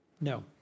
No